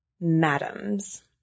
madams